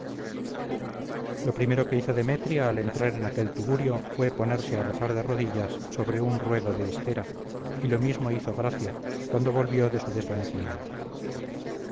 lo primero que hizo demetria al entrar en aquel tugurio fue ponerse a rezar de rodillas sobre un ruedo de estera y lo mismo hizo gracia cuando volvió de su desvanecimiento